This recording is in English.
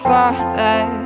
Father